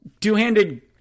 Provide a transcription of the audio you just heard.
two-handed